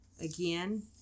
Again